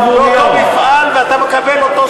באותו מפעל,